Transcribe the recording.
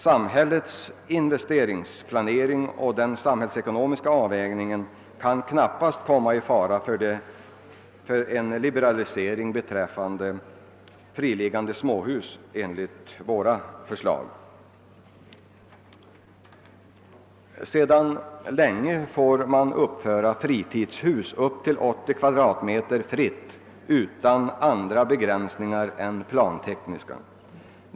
Samhällets investeringsplanering och den samhällsekonomiska avvägningen kan knappast komma i fara genom en sådan liberalisering beträffande friliggande småhus som vi föreslår. Sedan länge får man uppföra fritidshus med upp till 80 m? bostadsyta fritt och utan andra begränsningar än plantekniska.